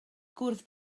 gwrdd